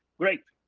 great,